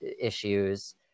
issues